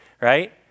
right